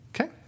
Okay